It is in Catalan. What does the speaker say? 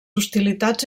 hostilitats